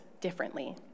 differently